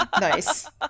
nice